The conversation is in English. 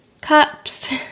cups